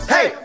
Hey